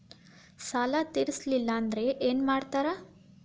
ಸಾಲ ತೇರಿಸಲಿಲ್ಲ ಅಂದ್ರೆ ಏನು ಮಾಡ್ತಾರಾ?